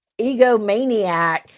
egomaniac